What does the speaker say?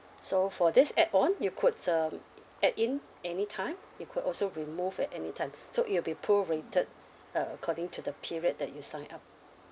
so for this add on you could um add in anytime you could also remove at anytime so it will be prorated uh according to the period that you sign up